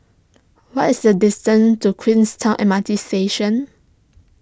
what is the distance to Queenstown M R T Station